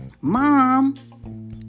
Mom